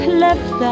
left